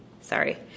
sorry